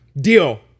Deal